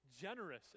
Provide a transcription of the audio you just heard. generous